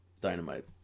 Dynamite